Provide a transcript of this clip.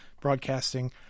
broadcasting